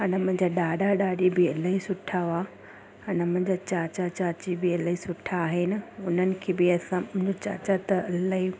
अना मुंहिंजा ॾाॾा ॾाॾी बि इलाही सुठा हुआ अना मुंहिंजा चाचा चाची बि इलाही सुठा आहिनि हुननि खे बि असां उन चाचा त इलाही